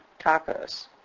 tacos